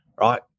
right